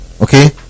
Okay